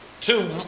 two